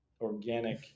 organic